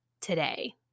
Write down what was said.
today